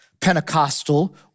Pentecostal